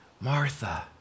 Martha